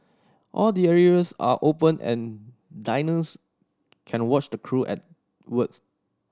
all the areas are open and diners can watch the crew at words